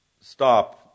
stop